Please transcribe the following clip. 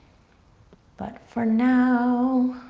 but for now,